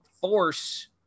force